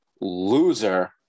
loser